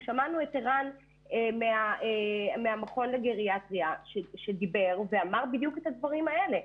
שמענו את ערן מהמכון לגריאטריה שדיבר ואמר בדיוק את הדברים האלה.